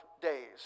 days